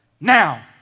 Now